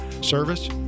service